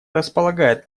располагает